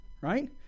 right